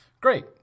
great